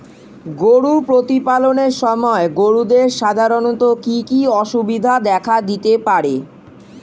গরু প্রতিপালনের সময় গরুদের সাধারণত কি কি অসুবিধা দেখা দিতে পারে?